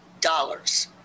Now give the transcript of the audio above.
dollars